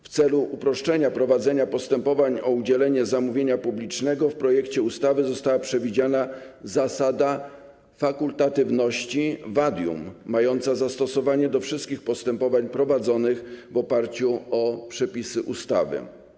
W celu uproszczenia prowadzenia postępowań o udzielenie zamówienia publicznego w projekcie ustawy została przewidziana zasada fakultatywności wadium mająca zastosowanie do wszystkich postępowań prowadzonych w oparciu o przepisy ustawy.